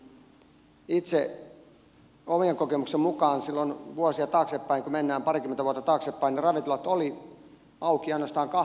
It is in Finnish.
itse omien kokemuksieni mukaan silloin vuosia taaksepäin kun mennään parikymmentä vuotta taaksepäin ne ravintolat olivat auki ainoastaan kahteen asti